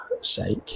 sake